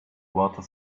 water